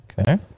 okay